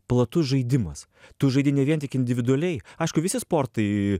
platus žaidimas tu žaidi ne vien tik individualiai aišku visi sportai